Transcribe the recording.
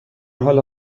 حال